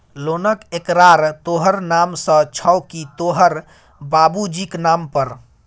लोनक एकरार तोहर नाम सँ छौ की तोहर बाबुजीक नाम पर